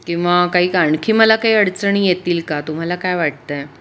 किंवा काही का आणखी मला काही अडचणी येतील का तुम्हाला काय वाटत आहे